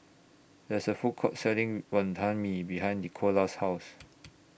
There IS A Food Court Selling Wonton Mee behind Nickolas' House